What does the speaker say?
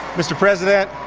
mr. president,